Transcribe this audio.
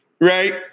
right